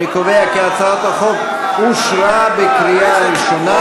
אני קובע כי הצעת החוק אושרה בקריאה ראשונה,